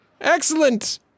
Excellent